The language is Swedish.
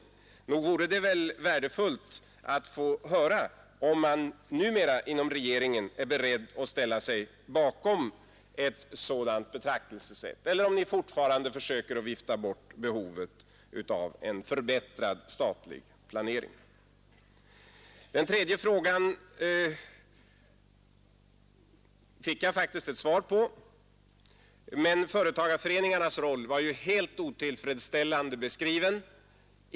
Nog vore det värdefullt att få höra om man inom regeringen numera är beredd att ställa sig bakom ett sådant betraktelsesätt, eller om ni fortfarande försöker vifta bort behovet av en förbättrad statlig planering. Den tredje frågan fick jag faktiskt svar på, men företagarföreningarnas roll var ju helt otillfredsställande beskriven.